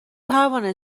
پروانه